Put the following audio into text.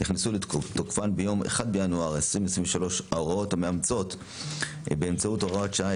נכנסו לתוקפן ביום 1 בינואר 2023 ההוראות המאומצות באמצעות הוראת שעה,